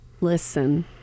listen